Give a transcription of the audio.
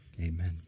Amen